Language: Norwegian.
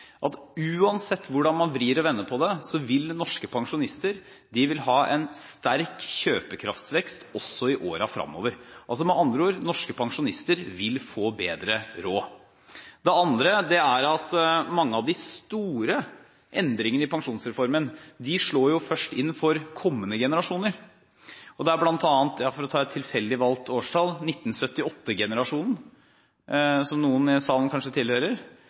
– uansett hvordan man snur og vender på det – ha en sterk kjøpekraftsvekst også i årene fremover. Med andre ord: Norske pensjonister vil få bedre råd. Det andre er at mange av de store endringene i pensjonsreformen først slår inn for kommende generasjoner. Blant annet vil – for å ta et tilfeldig valgt årstall – 1978-generasjonen, som noen i salen kanskje tilhører,